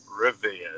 revered